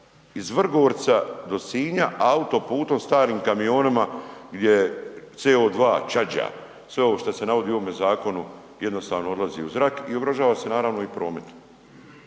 iz Vrgorca do Sinja autoputom starim kamionima gdje CO2, čađa sve ovo šta se navodi u ovome zakonu jednostavno odlazi u zrak i ugrožava se naravno i promet.